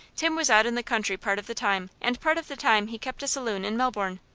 tim was out in the country part of the time, and part of the time he kept a saloon in melbourne.